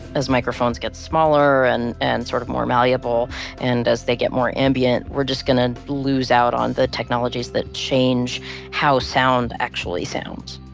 as microphones get smaller and answer and sort of more malleable and as they get more ambient we're just gonna lose out on the technologies that change how sound actually sounds